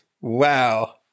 Wow